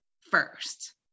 first